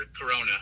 Corona